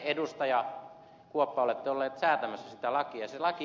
kuoppa olette ollut säätämässä sitä lakia